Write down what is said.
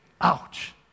Ouch